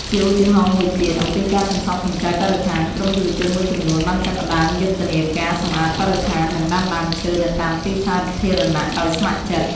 ជាឧទាហរណ៍មួយទៀត អំពីការសន្សំសំចៃបរិស្ថាន ក្រុមយុវជនមួយចំនួនបានចាប់ផ្តើមយុទ្ធនាការសម្អាតបរិស្ថាន និងដាំដើមឈើនៅតាមទីសាធារណៈដោយស្ម័គ្រចិត្ត។